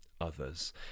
others